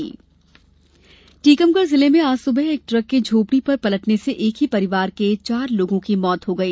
दुर्घटना टीकमगढ़ जिले में आज सुबह एक ट्रक के झोंपड़ी पर पलटने से एक ही परिवार के चार लोगों की मौत हो गई